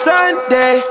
Sunday